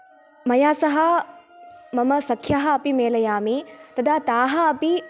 मया सह मम सख्यः अपि मेलयामि तदा ताः अपि